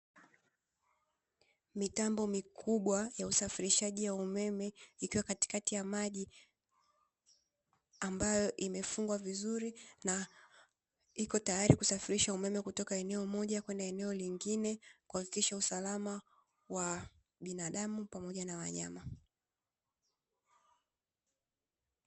Mitambo mikubwa ya usafirishaji wa umeme ikiwa katikati ya maji ambayo imefungwa vizuri, na iko tayali kusafirisha umeme kutoka eneo moja kwenda eneo lingine kuhakikisha usalama wa binadamu pamoja na wanyama.